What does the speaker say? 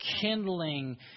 kindling